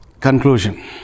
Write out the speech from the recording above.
Conclusion